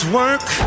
work